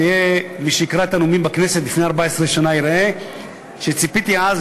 מי שיקרא את הנאומים בכנסת מלפני 14 שנה יראה שציפיתי אז,